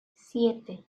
siete